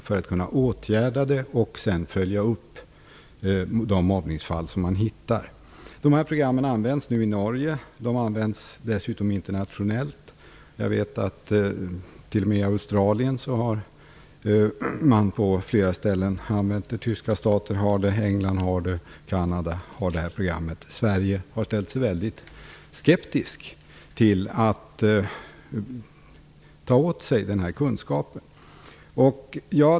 Sedan skulle man följa upp de mobbningsfall som man hittade. Detta program används nu i Norge. Det används dessutom internationellt. Jag vet att man t.o.m. på flera ställen i Australien har använt det. I Tyskland, England och Kanada har man också det här programmet. Sverige har ställt sig väldigt skeptiskt till den här kunskapen.